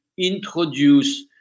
introduce